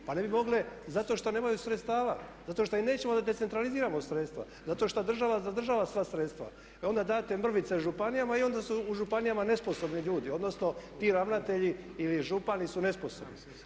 Pa ne bi mogle zato što nemaju sredstava, zato što im nećemo da decentraliziramo sredstva, zato što država zadržava sva sredstva i onda date mrvice županijama i onda su u županijama nesposobni ljudi, odnosno ti ravnatelji ili župani su nesposobni.